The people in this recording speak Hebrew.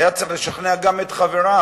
היה צריך לשכנע גם את חבריו